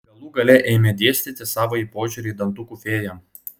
galų gale ėmė dėstyti savąjį požiūrį į dantukų fėją